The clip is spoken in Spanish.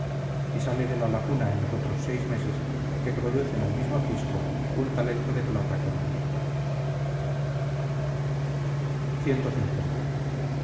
y sale de la laguna en los otros seis meses que producen al mismo fisco un talento de plata cada día